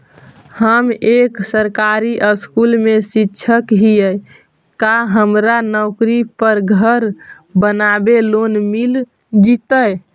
हम एक सरकारी स्कूल में शिक्षक हियै का हमरा नौकरी पर घर बनाबे लोन मिल जितै?